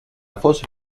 fosse